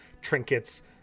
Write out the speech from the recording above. trinkets